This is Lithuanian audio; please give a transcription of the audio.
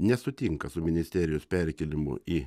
nesutinka su ministerijos perkėlimu į